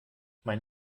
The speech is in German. mein